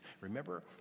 Remember